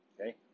Okay